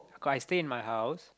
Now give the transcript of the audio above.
cause I stay in my house